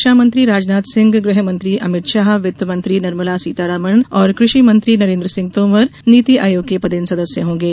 रक्षा मंत्री राजनाथ सिंह गृहमंत्री अमित शाह वित्त मंत्री निर्मला सीतारमण और कृषि मंत्री नरेन्द्र सिंह तोमर नीति आयोग के पदेन सदस्य होंगे